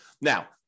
Now